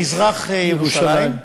למזרח-ירושלים,